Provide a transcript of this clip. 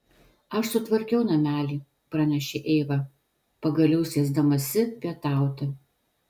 aš sutvarkiau namelį pranešė eiva pagaliau sėsdamasi pietauti